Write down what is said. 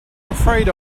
afraid